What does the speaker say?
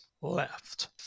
left